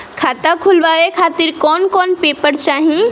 खाता खुलवाए खातिर कौन कौन पेपर चाहीं?